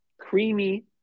creamy